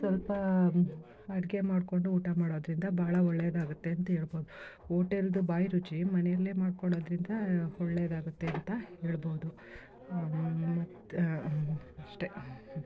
ಸ್ವಲ್ಪ ಅಡುಗೆ ಮಾಡಿಕೊಂಡು ಊಟ ಮಾಡೋದರಿಂದ ಬಹಳ ಒಳ್ಳೆಯದಾಗುತ್ತೆ ಅಂಥೇಳ್ಬೋದು ಓಟೆಲ್ದೂ ಬಾಯಿ ರುಚಿ ಮನೆಯಲ್ಲೇ ಮಾಡ್ಕೊಳ್ಳೋದ್ರಿಂದ ಒಳ್ಳೆಯದಾಗುತ್ತೆ ಅಂತ ಹೇಳ್ಬೋದು ಮತ್ತು ಅಷ್ಟೇ